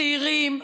צעירים,